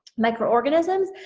microorganisms.